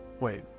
Wait